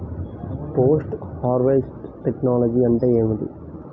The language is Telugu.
పోస్ట్ హార్వెస్ట్ టెక్నాలజీ అంటే ఏమిటి?